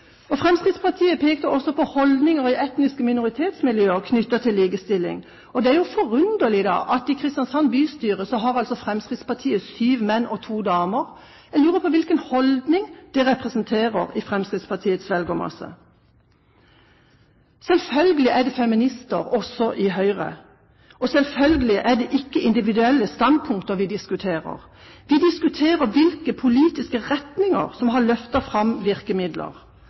Fremskrittspartiet pekte også på holdninger i etniske minoritetsmiljøer knyttet til likestilling. Det er forunderlig at i Kristiansand bystyre har Fremskrittspartiet sju menn og to damer. Jeg lurer på hvilken holdning det representerer i Fremskrittspartiets velgermasse? Selvfølgelig er det feminister også i Høyre. Selvfølgelig er det ikke individuelle standpunkter vi diskuterer. Vi diskuterer hvilke politiske retninger som har løftet fram virkemidler.